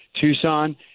Tucson